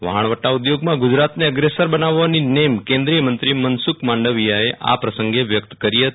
વહાણવટા ઉધોગમાં ગુજરાતને અગ્રેસર બનાવવાની નેમ કેન્દ્રિયમંત્રી મનસુખ માંડવીયાએ આ પ્રસંગે વ્યકત કરી હતી